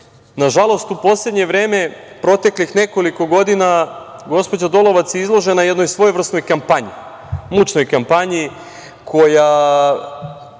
nažalost, u poslednje vreme, proteklih nekoliko godina gospođa Dolovac je izložena jednoj svojevrsnoj kampanji, mučnoj kampanji, koja